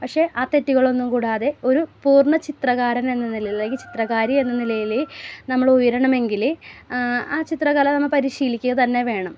പക്ഷേ ആ തെറ്റുകളൊന്നും കൂടാതെ ഒരു പൂർണ്ണ ചിത്രകാരനെന്ന നിലയിൽ ലങ്കി ചിത്രകാരിയെന്ന നിലയിൽ നമ്മൾ ഉയരണമെങ്കിൽ ആ ചിത്രകല നമ്മൾ പരിശീലിക്കുക തന്നെ വേണം